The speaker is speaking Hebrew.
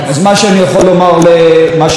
מה שאני אומר לסיכום,